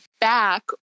back